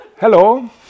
Hello